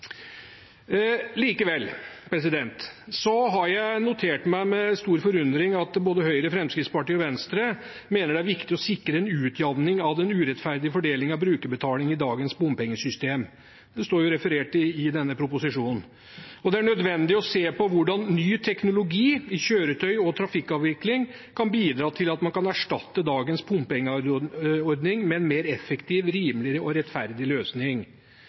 Likevel har jeg notert meg, med stor forundring, at både Høyre, Fremskrittspartiet og Venstre mener det er viktig å sikre en utjamning av den urettferdige fordelingen av brukerbetaling i dagens bompengesystem. Det står referert i innstillingen. Det er nødvendig å se på hvordan ny teknologi i kjøretøy og trafikkavvikling kan bidra til at man kan erstatte dagens bompengeordning med en mer effektiv, rimeligere og rettferdig løsning.